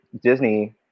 Disney